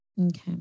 Okay